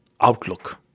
outlook